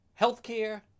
healthcare